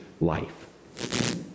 life